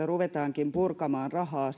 ruvetaankin purkamaan rahaa